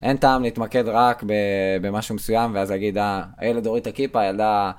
אין טעם להתמקד רק במשהו מסוים, ואז להגיד, אה, הילד הוריד את הכיפה, הילדה...